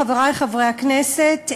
חברי חברי הכנסת,